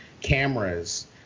cameras